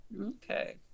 Okay